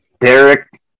Derek